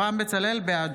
בעד